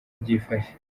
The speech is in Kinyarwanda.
byifashe